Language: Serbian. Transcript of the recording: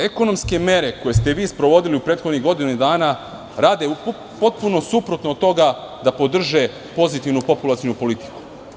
Ekonomske mere koje ste vi sprovodili u prethodnih godinu dana rade potpuno suprotno od toga da podrže pozitivnu populacionu politiku.